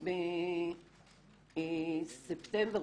בספטמבר,